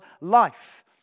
life